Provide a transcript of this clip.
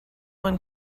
when